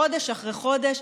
חודש אחרי חודש,